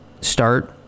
start